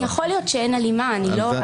נותן קנס מנהלי ואני לא